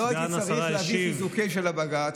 לא הייתי צריך להביא חיזוקים של בג"ץ,